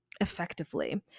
effectively